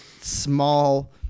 small